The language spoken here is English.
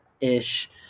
ish